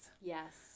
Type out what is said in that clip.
Yes